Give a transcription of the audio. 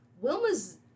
Wilma's